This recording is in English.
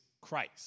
Christ